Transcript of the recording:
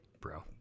bro